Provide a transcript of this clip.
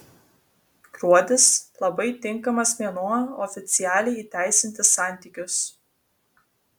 gruodis labai tinkamas mėnuo oficialiai įteisinti santykius